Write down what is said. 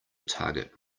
target